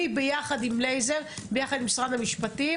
אני יחד עם אליעזר ועם משרד המשפטים